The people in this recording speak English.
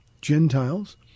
Gentiles